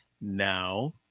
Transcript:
now